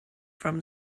from